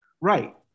Right